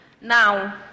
Now